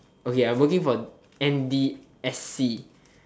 okay I working for m_d_s_c